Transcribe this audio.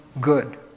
good